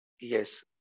Yes